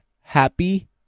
happy